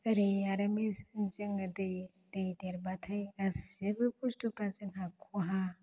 ओरै आरो जोङो दै दै देरबाथाय गासैबो बुस्थुफ्रा जोंहा खहा